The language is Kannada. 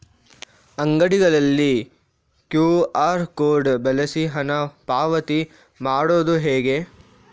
ಅಂಗಡಿಗಳಲ್ಲಿ ಕ್ಯೂ.ಆರ್ ಕೋಡ್ ಬಳಸಿ ಹಣ ಪಾವತಿ ಮಾಡೋದು ಹೇಗೆ?